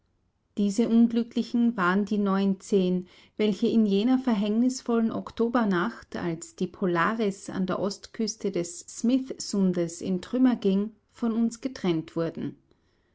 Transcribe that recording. diese unglücklichen waren die neunzehn welche in jener verhängnisvollen oktobernacht als die polaris an der ostküste des smith sundes in trümmer ging von uns getrennt wurden